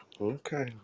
okay